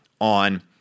on